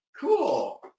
cool